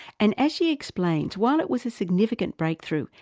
and as she explains, while it was a significant breakthrough,